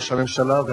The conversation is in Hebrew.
ראש הממשלה,